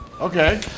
Okay